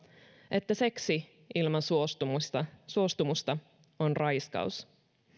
että seksi ilman suostumusta suostumusta on raiskaus